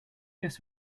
guess